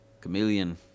Chameleon